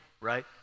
right